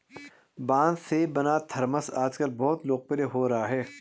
बाँस से बना थरमस आजकल बहुत लोकप्रिय हो रहा है